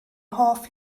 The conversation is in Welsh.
hoff